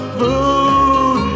food